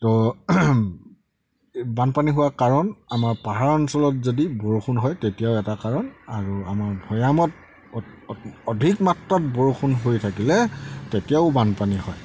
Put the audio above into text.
ত' বানপানী হোৱা কাৰণ আমাৰ পাহাৰ অঞ্চলত যদি বৰষুণ হয় তেতিয়াও এটা কাৰণ আৰু আমাৰ ভৈয়ামত অধিক মাত্ৰত বৰষুণ হৈ থাকিলে তেতিয়াও বানপানী হয়